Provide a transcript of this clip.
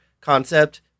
concept